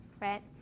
right